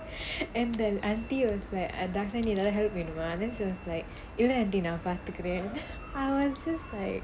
and that auntie was like darshini ஏதாச்சும்:ethaachum help வேணுமா:venumaa then she was like இல்ல:illa auntie நான் பாத்துக்குறேன்:naan paathukkuraen I was just like